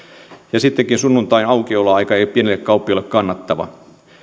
ja sittenkään sunnuntain aukioloaika ei ole pienelle kauppiaalle kannattavaa